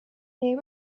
they